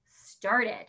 started